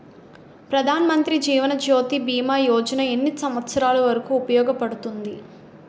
ప్రధాన్ మంత్రి జీవన్ జ్యోతి భీమా యోజన ఎన్ని సంవత్సారాలు వరకు ఉపయోగపడుతుంది?